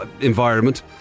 environment